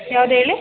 ಯಾವ್ದು ಹೇಳಿ